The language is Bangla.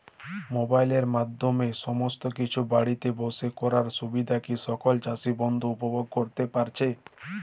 মোবাইলের মাধ্যমে সমস্ত কিছু বাড়িতে বসে করার সুবিধা কি সকল চাষী বন্ধু উপভোগ করতে পারছে?